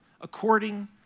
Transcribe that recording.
according